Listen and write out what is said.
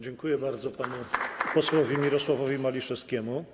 Dziękuję bardzo panu posłowi Mirosławowi Maliszewskiemu.